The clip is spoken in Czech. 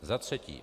Za třetí.